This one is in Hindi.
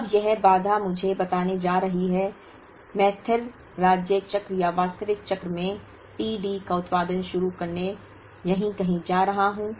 अब यह बाधा मुझे बताने जा रही है कि मैं स्थिर राज्य चक्र या वास्तविक चक्र में t D का उत्पादन शुरू करने यहीं कहीं जा रहा हूं